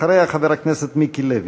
אחריה, חבר הכנסת מיקי לוי.